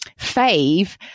Fave